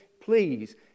please